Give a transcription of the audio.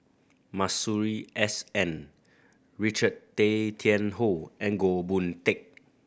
Masuri S N Richard Tay Tian Hoe and Goh Boon Teck